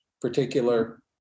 particular